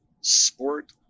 sport